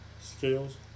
scales